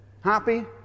Happy